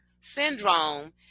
syndrome